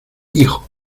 hijo